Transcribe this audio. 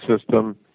system